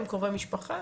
הם קרובי משפחה?